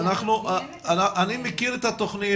אני מכיר את התוכנית,